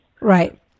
Right